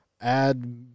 add